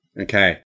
Okay